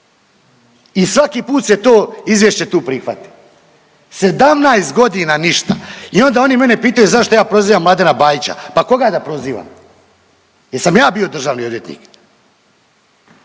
i svaki put se to izvješće tu prihvati. 17 godina ništa. I onda oni mene pitaju zašto ja prozivam Mladena Bajića. Pa koga da prozivam? Jesam ja bio državni odvjetnik?